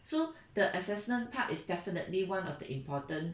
so the assessment part is definitely one of the important